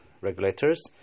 regulators